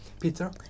peter